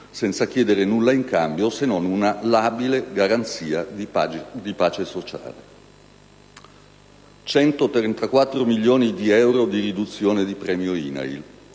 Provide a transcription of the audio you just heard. senza chiedere nulla in cambio se non una labile garanzia di pace sociale. Centotrentaquattro milioni di euro di riduzione di premio INAIL;